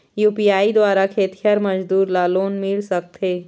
UPI द्वारा खेतीहर मजदूर ला लोन मिल सकथे?